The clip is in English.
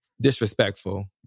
disrespectful